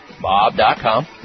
Bob.com